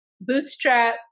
bootstrap